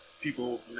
people